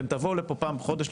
אתם תבואו לפה פעם בחודש,